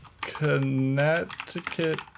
Connecticut